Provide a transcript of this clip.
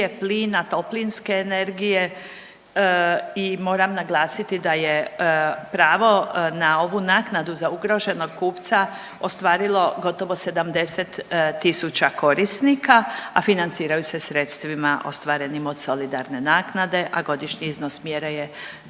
plina, toplinske energije. I moram naglasiti da je pravo na ovu naknadu za ugroženog kupca ostvarilo gotovo 70 000 korisnika, a financiraju se sredstvima ostvarenim od solidarne naknade a godišnji iznos mjera je